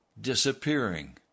disappearing